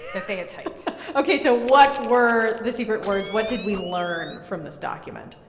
that they had typed ok. so what were the secret words? what did we learn from this document?